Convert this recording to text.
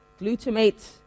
glutamate